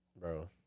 bro